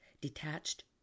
detached